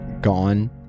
gone